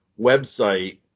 website